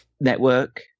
network